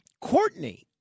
Courtney